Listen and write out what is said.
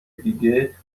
دیگه